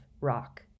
rock